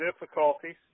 difficulties